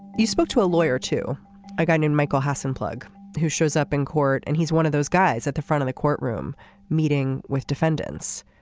you spoke to a lawyer to a guy named michael hasim plug who shows up in court and he's one of those guys at the front of the courtroom meeting with defendants.